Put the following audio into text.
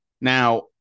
now